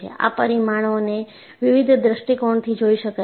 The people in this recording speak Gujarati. આ પરિમાણોને વિવિધ દ્રષ્ટિકોણથી જોઈ શકાય છે